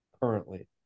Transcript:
currently